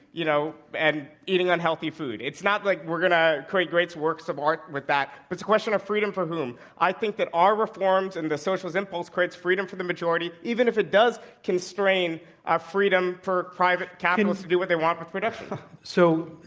you know, and eating unhealthy food. it's not like we're going to create great works of art with that. it's a question of freedom for whom. i think that our reforms and the socialist impulse creates freedom for the majority even if it does constrain freedom for private capitalists to do what they want with production. can so,